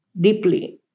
deeply